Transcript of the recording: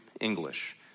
English